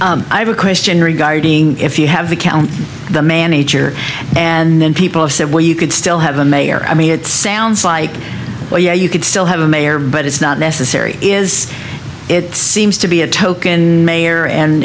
you i have a question regarding if you have the county the manager and then people said well you could still have the mayor i mean it sounds like oh yeah you could still have a mayor but it's not necessary is it seems to be a token mayor and